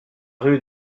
rue